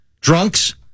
drunks